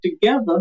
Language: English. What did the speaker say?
together